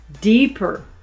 deeper